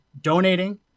donating